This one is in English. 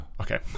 Okay